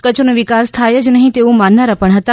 કચ્છનો વિકાસ થાય જ નહી તેવું માનનારા પણ હતા